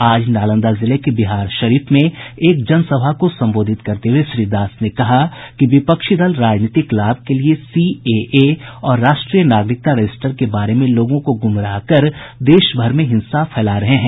आज नालंदा जिले के बिहारशरीफ में एक जनसभा को संबोधित करते हुए श्री दास ने कहा कि विपक्षी दल राजनीतिक लाभ के लिए सीएए और राष्ट्रीय नागरिक रजिस्टर के बारे में लोगों को गुमराह कर देश भर में हिंसा फैला रहे हैं